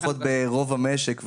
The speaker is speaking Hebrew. לפחות ברוב המשק,